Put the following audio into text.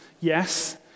yes